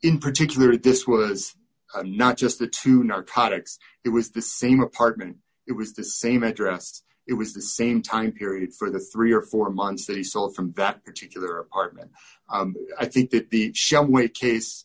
in particular this was not just the two narcotics it was the same apartment it was the same address it was the same time period for the three or four months that he stole from that particular apartment i think that the